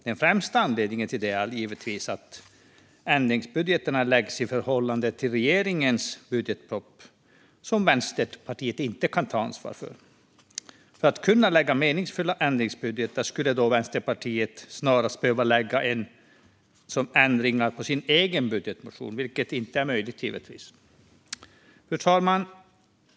Den främsta anledningen till det är givetvis att förslagen till ändringsbudget läggs fram i förhållande till regeringens budgetproposition, som Vänsterpartiet inte kan ta ansvar för. För att kunna lägga fram meningsfulla förslag till ändringsbudget skulle Vänsterpartiet alltså snarast behöva lägga fram dem som förslag om ändringar i sin egen budgetmotion, vilket givetvis inte är möjligt. Fru talman!